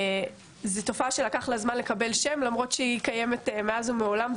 זאת תופעה שלקח לה זמן לקבל שם למרות שהיא קיימת מאז ומעולם,